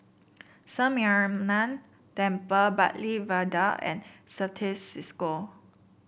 Sri Mariamman Temple Bartley Viaduct and Certis Cisco